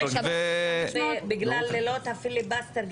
בגלל לילות הפיליבסטר,